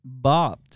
bopped